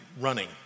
running